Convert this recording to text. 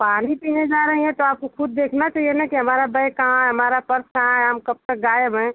पानी पीने जा रही हैं तो आपको खुद देखना चाहिए ना कि हमारा बैग कहाँ है हमारा पर्स कहाँ है हम कब तक गायब हैं